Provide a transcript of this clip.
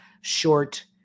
short